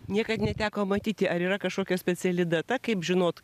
niekad neteko matyti ar yra kažkokia speciali data kaip žinot